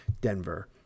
Denver